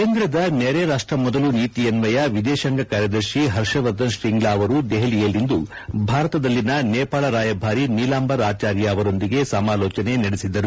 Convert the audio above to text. ಕೇಂದ್ರದ ನೆರೆ ರಾಷ್ಟ ಮೊದಲು ನೀತಿಯನ್ವಯ ವಿದೇಶಾಂಗ ಕಾರ್ಯದರ್ಶಿ ಪರ್ಷವರ್ಧನ್ ಶ್ರಿಂಗ್ಲಾ ಅವರು ದೆಹಲಿಯಲ್ಲಿಂದು ಭಾರತದಲ್ಲಿನ ನೇಪಾಳ ರಾಯಭಾರಿ ನೀಲಾಂಬರ್ ಆಚಾರ್ಯ ಅವರೊಂದಿಗೆ ಸಮಾಲೋಚನೆ ನಡೆಸಿದರು